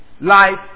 Life